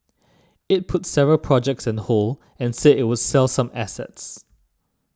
it put several projects on hold and said it would sell some assets